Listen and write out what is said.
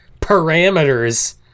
parameters